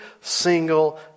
single